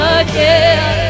again